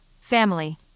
family